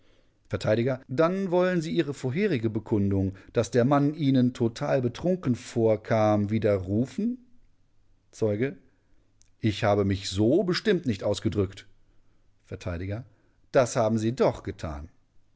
vert dann wollen sie ihre vorherige bekundung daß der mann ihnen total betrunken vorkam widerrufen zeuge ich habe mich so bestimmt nicht ausgedrückt vert das haben sie doch getan